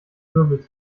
wirbel